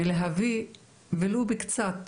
ולהבין ולו בקצת